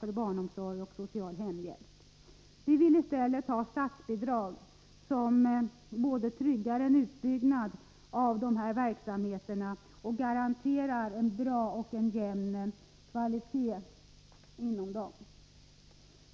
för barnomsorgen och den sociala hemhjälpen. Vi vill i stället ha statsbidrag som både tryggar en utbyggnad av dessa verksamheter och garanterar en bra och jämn kvalitet inom dem.